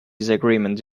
disagreement